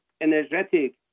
energetic